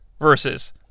versus